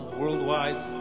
worldwide